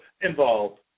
involved